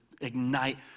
ignite